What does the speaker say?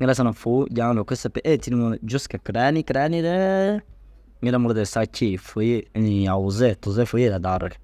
ŋila fôu janum lokol sepe 1 tîniŋoo jûska karaanii karaanii ree ŋila murdee saa cê fôye inii aguze tuze fôu ye raa daa rig.